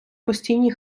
постійні